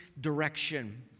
direction